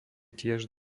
tiež